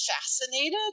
fascinated